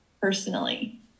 personally